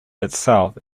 itself